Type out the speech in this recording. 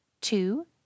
Two